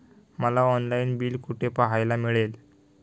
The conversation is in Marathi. मला ऑनलाइन बिल कुठे पाहायला मिळेल?